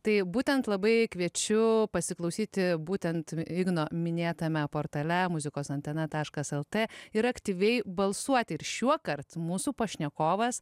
tai būtent labai kviečiu pasiklausyti būtent igno minėtame portale muzikos antena taškas el t ir aktyviai balsuoti ir šiuokart mūsų pašnekovas